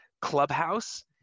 clubhouse